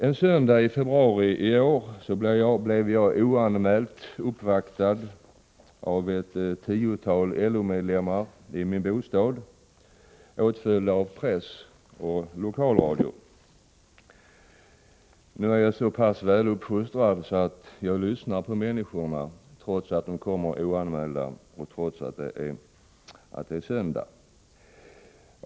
En söndag i februari i år blev jag oanmält uppvaktad av ett tiotal LO-medlemmar i min bostad, åtföljda av press och lokalradio. Nu är jag så pass väluppfostrad att jag lyssnar på människor, trots att de kommer oanmälda och trots att det är söndag.